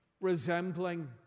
resembling